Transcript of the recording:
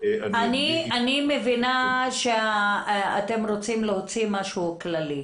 אני מבינה שאתם רוצים להוציא משהו כללי.